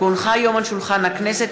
כי הונחה היום על שולחן הכנסת,